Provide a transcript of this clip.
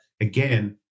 again